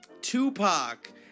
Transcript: Tupac